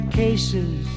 cases